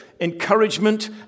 encouragement